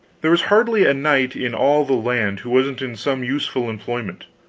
there was hardly a knight in all the land who wasn't in some useful employment.